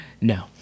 No